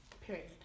Period